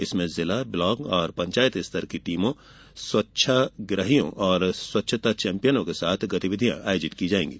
इसमें जिला ब्लॉक और पंचायत स्तर की टीमों स्वच्छाग्रहियों और स्वच्छता चैंपियनों के साथ गतिविधियां आयोजित की जाएंगी